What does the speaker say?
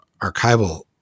archival